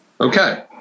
okay